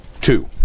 two